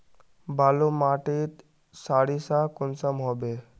बालू माटित सारीसा कुंसम होबे?